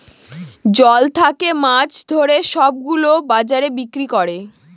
জল থাকে মাছ ধরে সব গুলো বাজারে বিক্রি করে